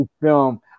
film